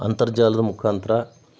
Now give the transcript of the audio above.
ಅಂತರ್ಜಾಲದ ಮುಖಾಂತರ